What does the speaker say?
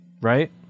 right